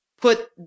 put